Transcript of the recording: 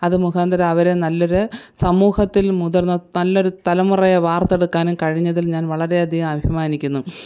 അതുമുഖാന്തരം അവരെ നല്ലൊരു സമൂഹത്തിൽ മുതിർന്ന നല്ലൊരു തലമുറയെ വാർത്തെടുക്കാനും കഴിഞ്ഞതിൽ ഞാൻ വളരെയധികം അഭിമാനിക്കുന്നു